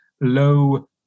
low